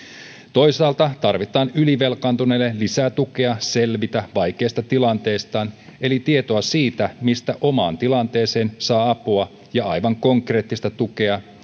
toisaalta tarvitaan ylivelkaantuneille lisää tukea selvitä vaikeista tilanteistaan eli tietoa siitä mistä omaan tilanteeseen saa apua ja aivan konkreettista tukea